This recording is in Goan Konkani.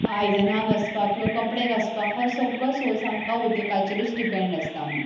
आयदनां घासपाक किंवा कपडे घासपाक सगलो सोर्स आमकां उदकाचेरूच डिपेंड आसता आमी